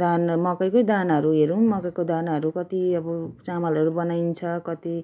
धानहरू मकैकै दानाहरू हेरौँ मकैको दानाहरू कति अब चामलहरू बनाइन्छ कति